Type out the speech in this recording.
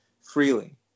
freely